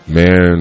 man